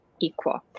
equal